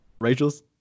Rachel's